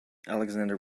alexander